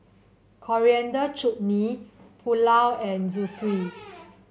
Coriander Chutney Pulao and Zosui